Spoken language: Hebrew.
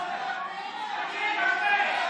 תסתמי את הפה.